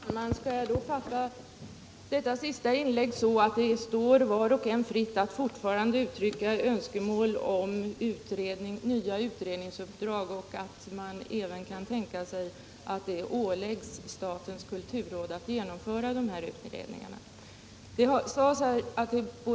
Herr talman! Skall jag då fatta detta senaste inlägg så, att det fortfarande står var och en fritt att uttrycka önskemål om nya utredningsuppdrag och att man även kan tänka sig att kulturrådet åläggs att genomföra dessa utredningar?